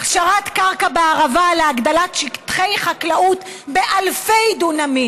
הכשרת קרקע בערבה להגדלת שטחי חקלאות באלפי דונמים,